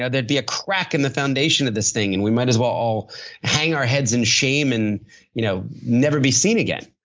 ah there would be a crack in the foundation of this thing and we might as well all hang our heads in shame and you know never be seen again.